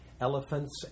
Elephants